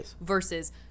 versus